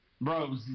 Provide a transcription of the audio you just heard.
Bro